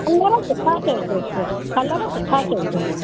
colour सुठा चइजोसि colour सुठा चइजोसि